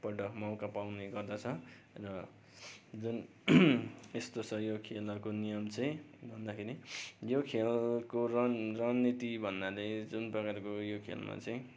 पल्ट मौका पाउने गर्दछ र जुन यस्तो छ यो खेलहरूको नियम चाहिँ भन्दाखेरि यो खेलको रन रणनीति भन्नाले जुन प्रकारको यो खेलमा चाहिँ